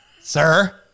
Sir